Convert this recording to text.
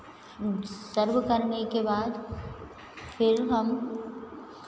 सर्व करने के बाद फिर हम